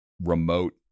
remote